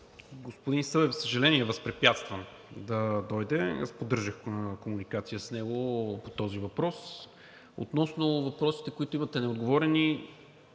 Господин Събев, за съжаление, е възпрепятстван да дойде. Поддържах комуникация с него по този въпрос. Относно въпросите, които имате, неотговорени